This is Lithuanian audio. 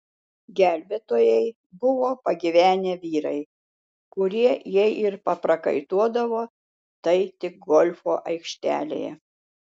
gelbėtojai buvo pagyvenę vyrai kurie jei ir paprakaituodavo tai tik golfo aikštelėje